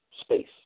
space